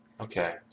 Okay